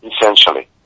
essentially